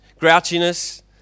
grouchiness